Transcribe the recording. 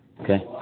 okay